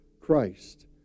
christ